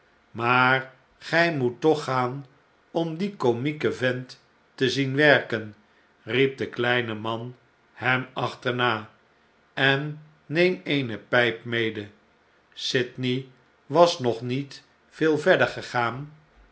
maar gjj moet toch gaan om dien komieken vent te zien werken riep de kleine man hem achterna en neem eene pijp mede sydney was nog niet veel verder gegaan